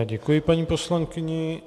Děkuji paní poslankyni.